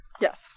Yes